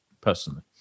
personally